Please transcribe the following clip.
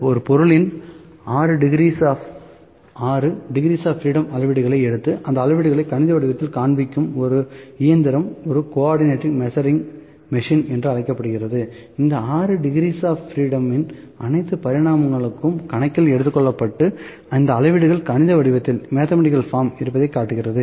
ஒரு பொருளின் 6 degrees of freedom அளவீடுகளை எடுத்து அந்த அளவீடுகளை கணித வடிவத்தில் காண்பிக்கும் ஒரு இயந்திரம் ஒரு கோஆர்டினேட் மெஷரிங் மிஷின் என்று அழைக்கப்படுகிறது இந்த 6 டிகிரீஸ் ஃஆப் ஃப்ரீடம் இன் அனைத்து பரிமாணங்களும் கணக்கில் எடுத்துக்கொள்ளப்பட்டு இந்த அளவீடு கணித வடிவத்தில் இருப்பதைக் காட்டுகிறது